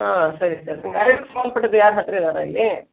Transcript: ಹಾಂ ಸರಿ ಸರ್ ಅದೇ ಆಯುರ್ವೇದಕ್ಕೆ ಸಂಬಂಧ ಪಟ್ಟದ್ದು ಯಾರು ಹತ್ತಿರ ಇದ್ದಾರಾ ಇಲ್ಲಿ